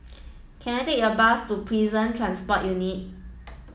can I take a bus to Prison Transport Unit